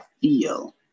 feel